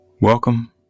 Welcome